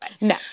No